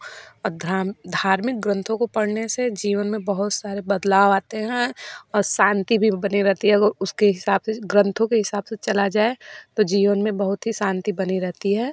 धर्म धार्मिक ग्रंथों को पढ़ने से जीवन में बहुत सारे बदलाव आते हैं शांति भी बनी रहती है वह उसके हिसाब से ग्रंथों के हिसाब से चला जाए तो जीवन में बहुत ही शांति बनी रहती है